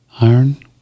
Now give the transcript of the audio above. iron